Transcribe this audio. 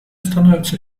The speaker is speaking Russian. становится